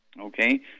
Okay